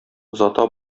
озата